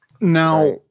Now